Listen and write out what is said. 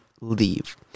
leave